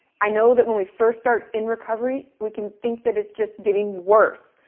i know that when we first start in recovery we can think that it's just getting worse.